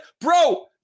bro